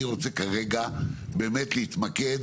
אני רוצה כרגע באמת להתמקד